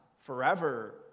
forever